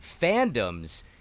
fandoms